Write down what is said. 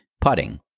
putting